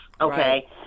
okay